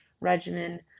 regimen